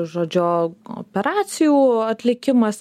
žodžiu operacijų atlikimas